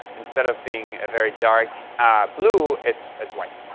instead of being very dark blue, it's it's white.